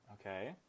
okay